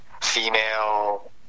female